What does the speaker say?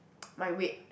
my weight